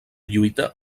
lluita